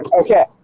Okay